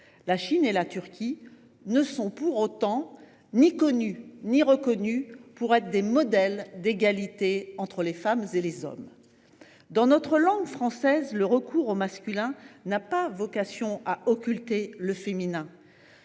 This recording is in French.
la Chine et la Turquie ne sont ni connues ni reconnues pour être des modèles d’égalité entre les femmes et les hommes. Dans la langue française, le recours au masculin n’a pas vocation à occulter le féminin.